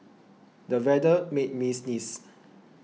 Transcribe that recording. the weather made me sneeze